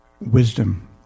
wisdom